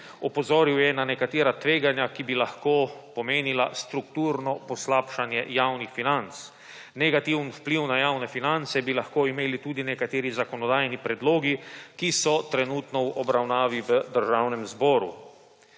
Opozoril je na nekatera tveganja, ki bi lahko pomenila strukturno poslabšanje javnih financ. Negativni vpliv na javne finance bi lahko imeli tudi nekateri zakonodajni predlogi, ki so trenutno v obravnavi v Državnem zboru.